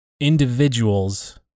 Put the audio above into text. individuals